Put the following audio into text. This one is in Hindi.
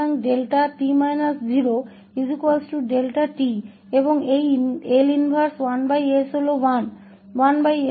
तो 𝛿𝑡 − 0 𝛿𝑡 और यह L प्रतिलोम 1s है जो कि 1 है